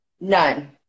None